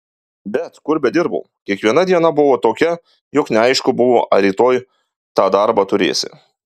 bet kur bedirbau kiekviena diena buvo tokia jog neaišku buvo ar rytoj tą darbą turėsi